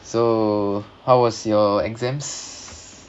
so how was your exams